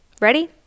Ready